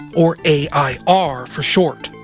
or a i r. for short.